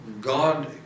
God